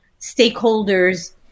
stakeholders